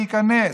שייכנס.